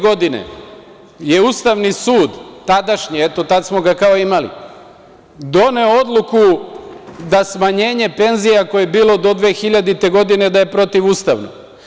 Godine 2002. je Ustavni sud, tadašnji, tada smo ga kao imali, doneo odluku da je smanjenje penzija koje je bilo do 2000. godine bilo protivustavno.